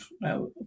now